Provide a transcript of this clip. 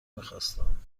میخواستم